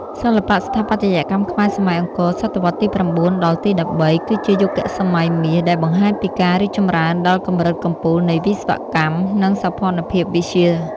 សិល្បៈស្ថាបត្យកម្មខ្មែរសម័យអង្គរ (សតវត្សរ៍ទី៩ ដល់ ទី១៣) គឺជាយុគសម័យមាសដែលបង្ហាញពីការរីកចម្រើនដល់កម្រិតកំពូលនៃវិស្វកម្ម និងសោភ័ណភាពវិទ្យា។